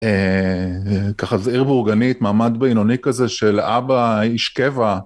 ככה זה עיר בורגנית, מעמד בינוני כזה של אבא, איש קבע.